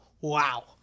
Wow